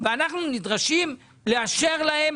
ואנחנו נדרשים לאשר להם